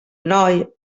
noi